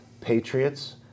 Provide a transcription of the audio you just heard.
patriots